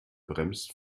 bremst